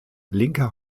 linker